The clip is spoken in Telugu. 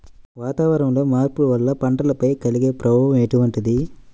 వాతావరణంలో మార్పుల వల్ల పంటలపై కలిగే ప్రభావం ఎటువంటిది?